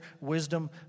Wisdom